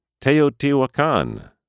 Teotihuacan